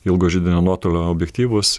ilgo židinio nuotolio objektyvus